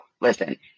listen